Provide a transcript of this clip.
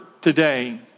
today